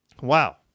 wow